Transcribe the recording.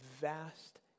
vast